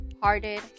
hearted